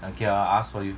okay I'll ask for you